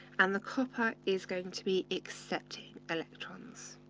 and the copper is going to be accepting electrons.